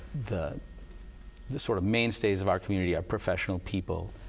the the sort of mainstays of our community are professional people,